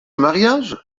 mariage